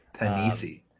panisi